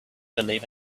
believe